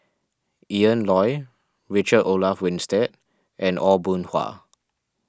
Ian Loy Richard Olaf Winstedt and Aw Boon Haw